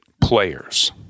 players